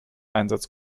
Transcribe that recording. einsatz